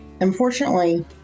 unfortunately